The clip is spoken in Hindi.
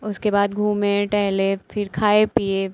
उसके बाद घूमे टहले फिर खाए पिए